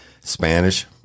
Spanish